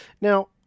Now